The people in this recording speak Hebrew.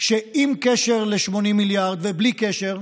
שעם קשר ל-80 מיליארד ובלי קשר,